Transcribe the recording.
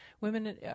Women